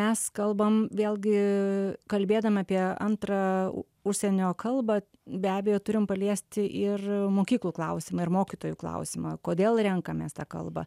mes kalbam vėlgi kalbėdami apie antrą užsienio kalbą be abejo turim paliesti ir mokyklų klausimą ir mokytojų klausimą kodėl renkamės tą kalbą